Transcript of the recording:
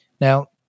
Now